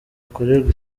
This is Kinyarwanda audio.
ukorerwe